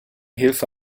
hilfe